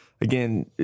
again